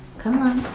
come on,